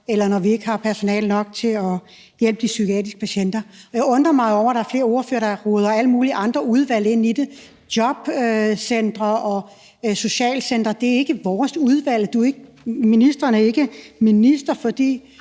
eller når vi ikke har personale nok til at hjælpe de psykiatriske patienter. Og jeg undrer mig jo over, at der er flere ordførere, der roder alle mulige andre udvalg ind i det. Jobcentre og socialcentre er ikke vores udvalg, og ministeren er ikke minister for